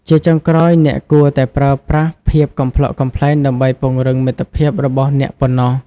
ជាចុងក្រោយ អ្នកគួរតែប្រើប្រាស់ភាពកំប្លុកកំប្លែងដើម្បីពង្រឹងមិត្តភាពរបស់អ្នកប៉ុណ្ណោះ។